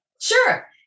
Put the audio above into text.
sure